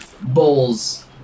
bowls